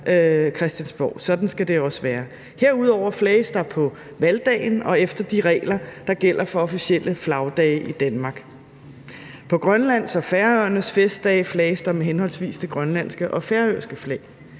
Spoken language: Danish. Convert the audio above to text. Christiansborg – sådan skal det også være. Herudover flages der på valgdagen og efter de regler, der gælder for officielle flagdage i Danmark. På Grønlands og Færøernes festdage flages der med henholdsvis det grønlandske og færøske flag.